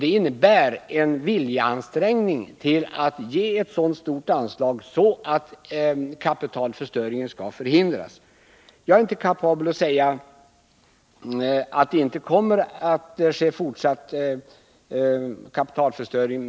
Det innebär en viljeinriktning att ge ett så stort anslag att kapitalförstöring förhindras. Jag är inte kapabel att lova att det med det nuvarande anslaget inte kommer att ske fortsatt kapitalförstöring.